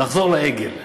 נחזור לעגל.